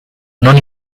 non